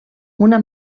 una